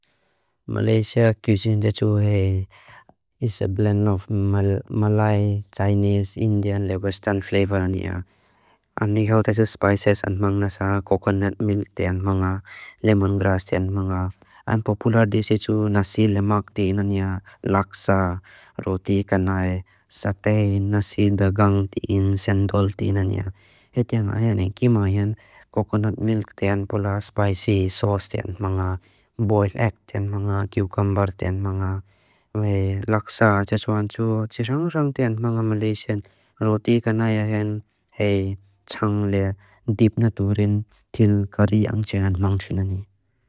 Malaysia Cuisine dey chu he is a blend of Malay, Chinese, Indian, and Western flavour aniya. Anihaw dey chu spices ant mang nasa coconut milk dey ant manga, lemongrass dey ant manga, ant popular dey chu nasi lemak dey ant manga, laksa, roti kanai, satay, nasi dagang dey ant manga, sendol dey ant manga. Heti ang ayane kimahen coconut milk dey ant pula, spicy sauce dey ant manga, boiled egg dey ant manga, cucumber dey ant manga, wey laksa, chachuanchu, chichangchang dey ant manga Malaysian, roti kanai ahen, hei, chang le, deep naturin, til, kari, ang chanat mangchunani.